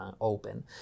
open